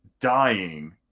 dying